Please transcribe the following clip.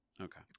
Okay